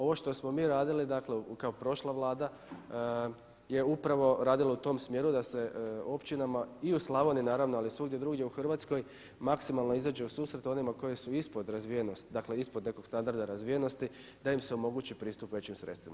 Ovo što smo mi radili dakle kao prošla Vlada je upravo radilo u tom smjeru da se općinama i u Slavoniji naravno, ali i svugdje drugdje u Hrvatskoj maksimalno izađe u susret onima koji su ispod razvijenost, znači ispod nekog standarda razvijenosti da im se omogući pristup većim sredstvima.